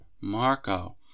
Marco